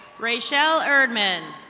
rachel urdman.